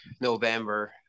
November